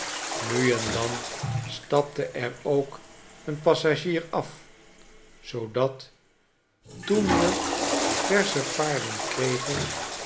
nu en dan stapte er ook een passagier af zoodat toen we versche paarden kregen